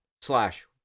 slash